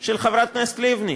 של חברת הכנסת לבני.